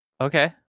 Okay